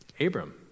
Abram